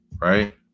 right